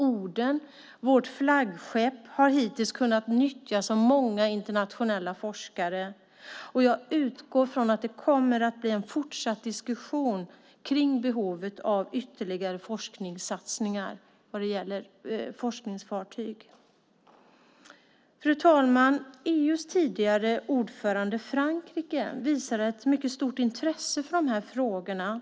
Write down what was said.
Oden, vårt flaggskepp, har hittills kunnat nyttjas av många internationella forskare. Jag utgår ifrån att det kommer att bli en fortsatt diskussion om behovet av ytterligare forskningssatsningar när det gäller forskningsfartyg. Fru talman! EU:s tidigare ordförande, Frankrike, visade ett mycket stort intresse för de här frågorna.